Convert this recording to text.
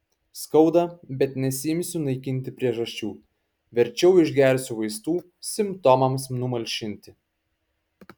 skauda bet nesiimsiu naikinti priežasčių verčiau išgersiu vaistų simptomams numalšinti